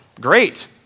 great